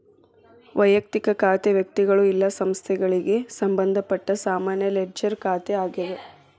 ವಯಕ್ತಿಕ ಖಾತೆ ವ್ಯಕ್ತಿಗಳು ಇಲ್ಲಾ ಸಂಸ್ಥೆಗಳಿಗೆ ಸಂಬಂಧಪಟ್ಟ ಸಾಮಾನ್ಯ ಲೆಡ್ಜರ್ ಖಾತೆ ಆಗ್ಯಾದ